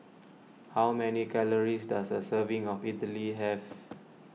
how many calories does a serving of Idili have